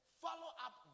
follow-up